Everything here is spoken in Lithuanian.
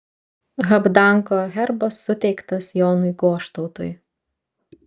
habdanko herbas suteiktas jonui goštautui